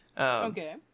okay